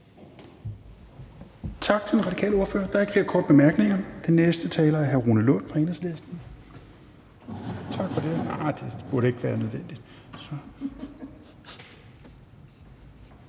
Tak til den radikale ordfører. Der er ikke flere korte bemærkninger. Den næste taler er hr. Rune Lund, Enhedslisten. Værsgo. Kl. 15:11 (Ordfører) Rune Lund